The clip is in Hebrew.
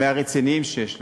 מהרציניים שיש לנו,